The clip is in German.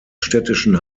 städtischen